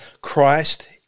Christ